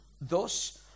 thus